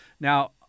Now